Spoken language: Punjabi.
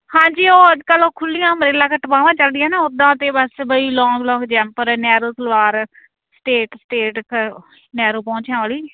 ਹਾਂਜੀ ਉਹ ਅੱਜ ਕੱਲ੍ਹ ਉਹ ਖੁੱਲੀਆਂ ਅਮਰੇਲਾ ਕੱਟ ਬਾਹਵਾਂ ਚਲਦੀਆਂ ਨਾ ਉਦਾਂ ਅਤੇ ਬਸ ਬਈ ਲੋਂਗ ਲੋਂਗ ਜੈਪਰ narrow salwar straight straight narrow ਪੋਂਚਿਆ ਵਾਲੀ